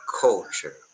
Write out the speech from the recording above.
culture